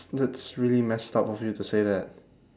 that's really messed up of you to say that